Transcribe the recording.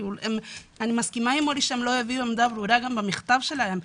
כי אני מסכימה עם אורי שהם הביעו עמדה ברורה במכתב שלהם,